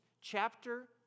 chapter